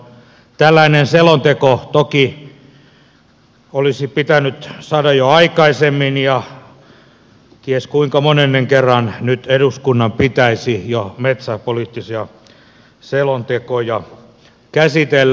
tällainen selonteko toki olisi pitänyt saada jo aikaisemmin ja ties kuinka monennen kerran nyt eduskunnan pitäisi jo metsäpoliittisia selontekoja käsitellä